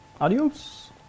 Adios